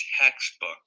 textbook